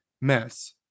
mess